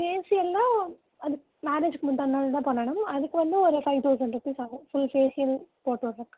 ஃபேஷியன்னால் அது மேரேஜிக்கு முந்தாநாள்தான் பண்ணணும் அதுக்கு வந்து ஒரு ஃபைவ் தௌசண்ட் ருபீஸ் ஆகும் ஃபுல் ஃபேஷியல் போடுறதுக்கு